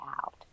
out